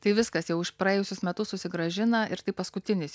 tai viskas jau už praėjusius metus susigrąžina ir tai paskutinis